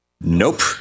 Nope